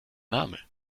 name